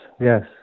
yes